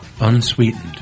Unsweetened